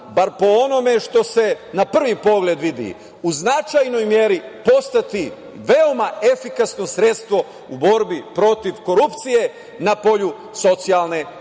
bar po onome što se na prvi pogled vidi, u značajnoj meri postati veoma efikasno sredstvo u borbi protiv korupcije na polju socijalne politike,